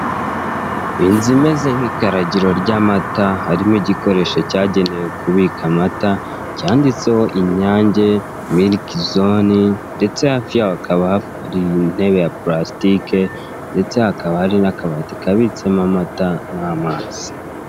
Inzu imeze nk'ikaragiro ry'amata, harimo igikoresho cyagenewe kubika amata cyanditseho inyange miliki zone ndetse hafi yaho hakaba hari intebe ya palasitike ndetse hakaba hari n'akabati kabitsemo amata n'amazi.